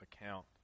account